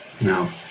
No